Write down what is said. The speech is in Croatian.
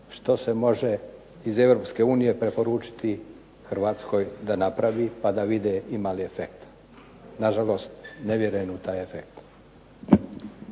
što se može iz Europske unije preporučiti Hrvatskoj da napravi pa da vide ima li efekta. Nažalost, ne vjerujem u taj efekt.